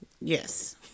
Yes